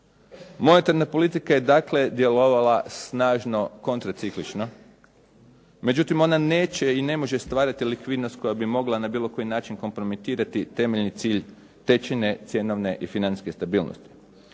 Monetarna politika je dakle djelovala snažno kontraciklično. Međutim ona neće i ne može stvarati likvidnost koja bi mogla na bilo koji način kompromitirati temeljni cilj tečajne, cjenovne i financijske stabilnosti.